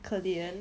可怜